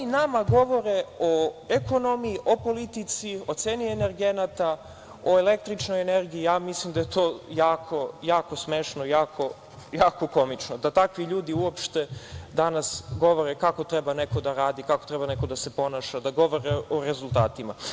Oni nama govore o ekonomiji, o politici, o ceni energenata, o električnoj energiji, ja mislim da je to jako smešno, jako komično da takvi ljudi uopšte danas govore kako treba neko da radi, kako treba neko da se ponaša, da govore o rezultatima.